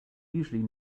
usually